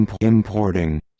Importing